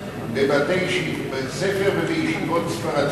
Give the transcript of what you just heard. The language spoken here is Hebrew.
זה מפני שלמדתם בבתי-ספר ובישיבות ספרדיות.